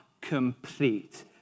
complete